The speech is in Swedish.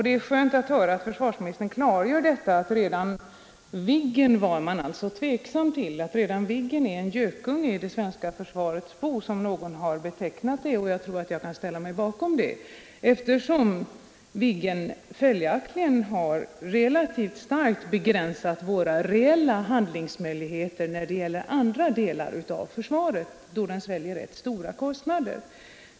Det är skönt att höra att försvarsministern klargör att man varit tveksam redan till Viggen och att Viggen är en gökunge i det svenska försvarets bo, som någon har betecknat det. Jag kan ansluta mig till det yttrandet, eftersom Viggen har relativt starkt begränsat våra reella handlingsmöjligheter när det gäller andra delar av försvaret. Den sväljer stora kostnader.